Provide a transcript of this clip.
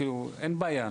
אין בעיה,